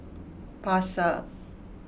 pasar